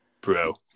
bro